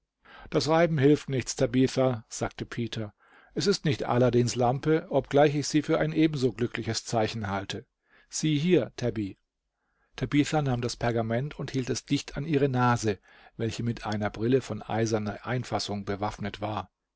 das reiben hilft nichts tabitha sagte peter es ist nicht aladdins lampe obgleich ich sie für ein eben so glückliches zeichen halte sieh hier tabby tabitha nahm das pergament und hielt es dicht an ihre nase welche mit einer brille von eiserner einfassung bewaffnet war